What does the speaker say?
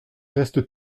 reste